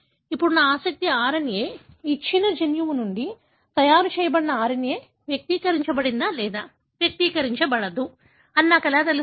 ఇప్పుడు నా ఆసక్తి RNA ఇచ్చిన జన్యువు నుండి తయారు చేయబడిన RNA వ్యక్తీకరించబడిందా లేదా వ్యక్తీకరించబడదు అని నాకు ఎలా తెలుస్తుంది